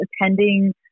attending